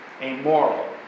amoral